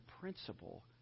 principle